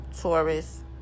Taurus